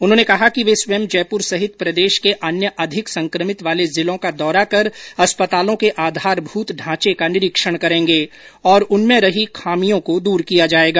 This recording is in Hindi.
उन्होंने कहा कि वे स्वयं जयपुर सहित प्रदेश के अन्य अधिक संकमित वाले जिलों का दौरा कर अस्पतालों के आधारभूत ढांचे का निरीक्षण करेंगे और उनमें रही खामियों को दूर किया जायेगा